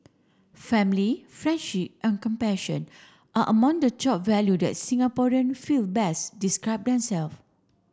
family friendship and compassion are among the top value that Singaporean feel best describe